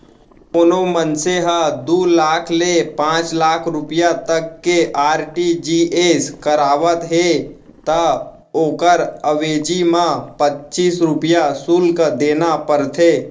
कोनों मनसे ह दू लाख ले पांच लाख रूपिया तक के आर.टी.जी.एस करावत हे त ओकर अवेजी म पच्चीस रूपया सुल्क देना परथे